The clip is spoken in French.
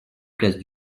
place